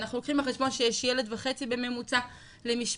אנחנו לוקחים בחשבון שיש ילד וחצי בממוצע למשפחה,